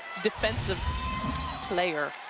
defensive player.